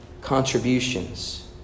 contributions